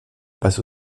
passe